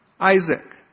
Isaac